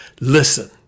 Listen